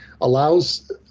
allows